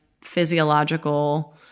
physiological